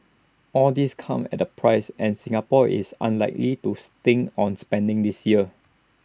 all this comes at A price and Singapore is unlikely to stint on spending this year